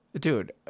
Dude